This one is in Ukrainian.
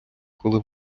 коли